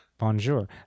Bonjour